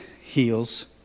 heals